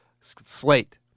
slate